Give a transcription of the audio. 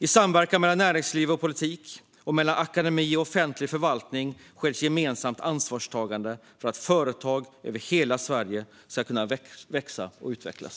I samverkan mellan näringsliv och politik och mellan akademi och offentlig förvaltning sker ett gemensamt ansvarstagande för att företag över hela Sverige ska kunna växa och utvecklas.